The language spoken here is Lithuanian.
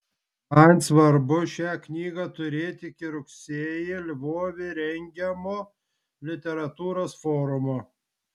man svarbu šią knygą turėti iki rugsėjį lvove rengiamo literatūros forumo